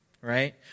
right